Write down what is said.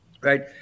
right